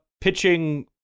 pitching